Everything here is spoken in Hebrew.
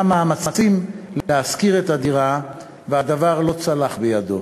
מאמצים להשכיר את הדירה והדבר לא צלח בידו.